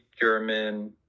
German